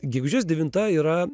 gegužės devinta yra